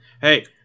Hey